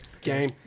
Game